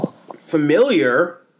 familiar